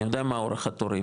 אני יודע מה אורך התורים,